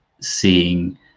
seeing